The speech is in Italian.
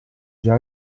già